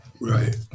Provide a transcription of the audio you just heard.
Right